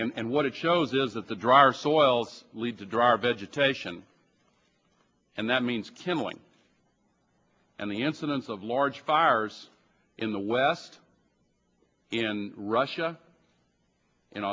you and what it shows is that the drier soils lead to dry our vegetation and that means kim ling and the incidence of large fires in the west in russia in